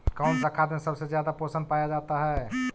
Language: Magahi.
कौन सा खाद मे सबसे ज्यादा पोषण पाया जाता है?